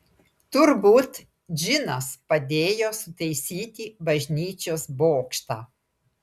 turbūt džinas padėjo sutaisyti bažnyčios bokštą